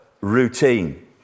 routine